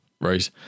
right